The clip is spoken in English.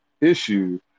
issue